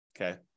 okay